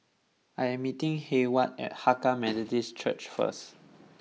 I am meeting Heyward at Hakka Methodist Church first